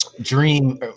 dream